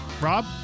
Rob